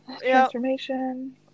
Transformation